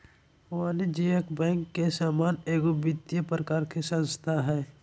वाणिज्यिक बैंक के समान एगो वित्तिय प्रकार के संस्था हइ